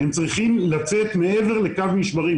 הם צריכים לצאת מעבר לקו משברים,